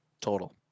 total